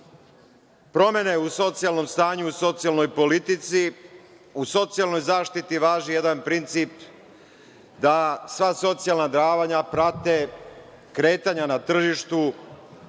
promene u socijalnom stanju, u socijalnoj politici. U socijalnoj zaštiti važi jedan princip, da sva socijalna davanja prate kretanja na tržištu.